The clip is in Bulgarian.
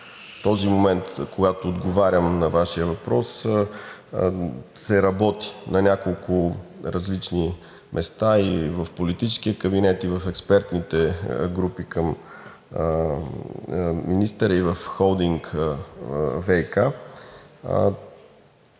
този момент, когато отговарям на Вашия въпрос, се работи на няколко различни места – и в политическия кабинет, и в експертните групи към министъра, и в холдинг ВиК.